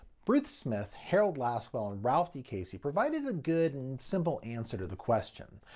bruce smith, harold lasswell, and ralph d. casey provided a good and simple answer to the question,